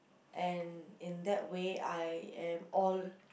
and in that way I am all